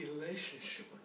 relationship